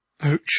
Ouch